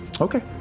Okay